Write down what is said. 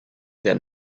der